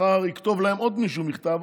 מחר יכתוב להם עוד מישהו מכתב,